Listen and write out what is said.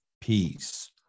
peace